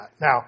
Now